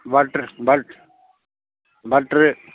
butter பட் butter